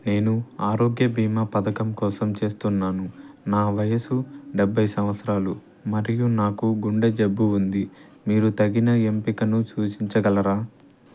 నేను ఆరోగ్య భీమా పథకం కోసం చేస్తున్నాను నా వయస్సు డెబ్భై సవత్సరాలు మరియు నాకు గుండె జబ్బు ఉంది మీరు తగిన ఎంపికను సూచించగలరా